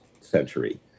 century